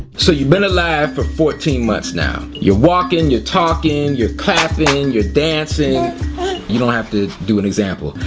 so you've been alive for fourteen months now. you're walking you're talking you're clapping you're dancing you don't have to do an example,